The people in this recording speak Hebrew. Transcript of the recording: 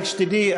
רק שתדעי,